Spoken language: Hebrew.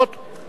לא.